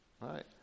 right